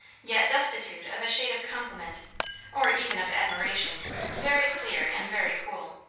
yet destitute of a shade of compliment or even of admiration very clear and very cool.